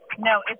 No